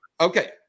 Okay